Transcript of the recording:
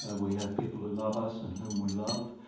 ah we have people who love us and whom we love,